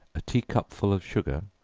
a tea-cupful of sugar,